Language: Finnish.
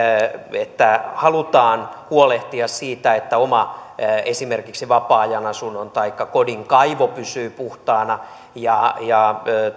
että halutaan huolehtia siitä että esimerkiksi oma vapaa ajan asunnon taikka kodin kaivo pysyy puhtaana ja ja